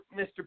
Mr